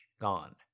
gone